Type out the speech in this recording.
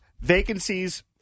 vacancies